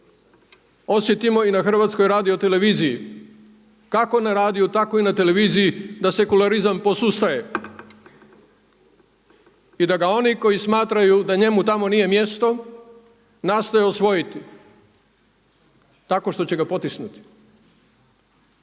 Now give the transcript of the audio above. osjetimo i na HRT-u, kao na radiju, tako i na televiziji da sekularizam posustaje i da ga oni koji smatraju da njemu tamo nije mjesto, nastoje osvojiti tako što će ga potisnuti.